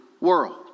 world